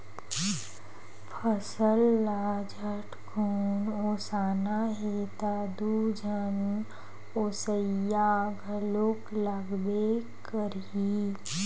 फसल ल झटकुन ओसाना हे त दू झन ओसइया घलोक लागबे करही